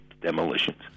demolitions